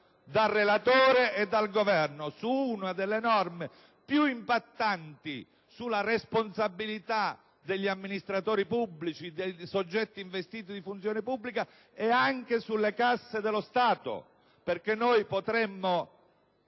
dal relatore e dal Governo su una delle norme più impattanti sulla responsabilità degli amministratori pubblici, dei soggetti investiti di funzione pubblica, e anche sulle casse dello Stato. Infatti, si potrebbe